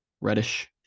Reddish